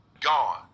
gone